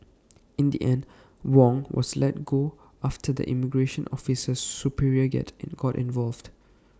in the end Wong was let go after the immigration officer's superior got involved